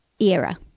era